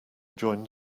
joined